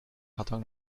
karton